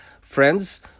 friends